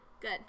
Good